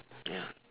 ya